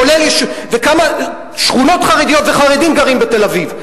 וכמה שכונות חרדיות וחרדים גרים בתל-אביב.